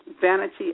Vanity